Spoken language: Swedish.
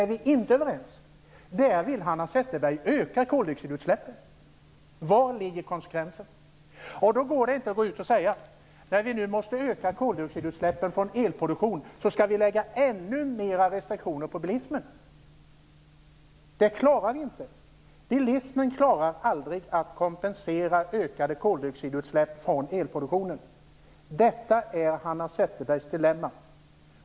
Hanna Zetterberg vill nämligen öka koldioxidutsläppen. Var finns konsekvensen? Det går inte att gå ut och säga att när vi nu måste öka koldioxidutsläppen från elproduktionen, skall vi lägga ännu mer restriktioner på bilismen. Det går inte. Bilismen klarar aldrig att kompensera ökade koldioxidutsläpp från elproduktionen. Detta är Hanna Zetterbergs dilemma.